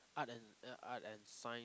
art and uh art and sign